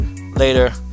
later